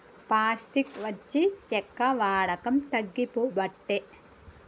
plastic వచ్చి చెక్క వాడకం తగ్గిపోబట్టే